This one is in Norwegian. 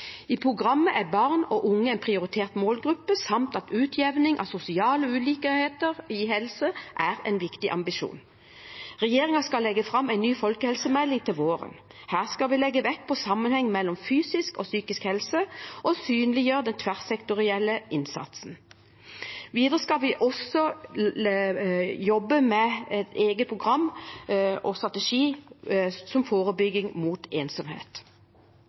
I programmet er barn og unge en prioritert målgruppe, samt at utjevning av sosiale ulikheter i helse er en viktig ambisjon. Regjeringen skal legge fram en ny folkehelsemelding til våren. Her skal vi legge vekt på sammenhengen mellom fysisk og psykisk helse og synliggjøre den tverrsektorielle innsatsen. Videre skal vi jobbe med et eget program og en strategi, som forebygging mot ensomhet.